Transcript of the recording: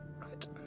Right